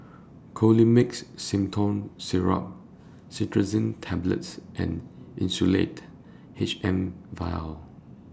Colimix Simethicone Syrup Cetirizine Tablets and Insulatard H M Vial